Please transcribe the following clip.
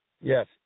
Yes